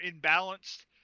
imbalanced